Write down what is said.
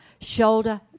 shoulder